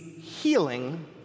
healing